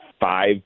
five